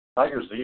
Tiger's